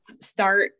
start